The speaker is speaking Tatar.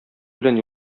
белән